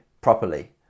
properly